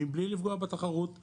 מבלי לפגוע בתחרות,